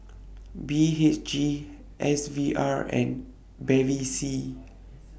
B H G S V R and Bevy C